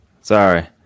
Sorry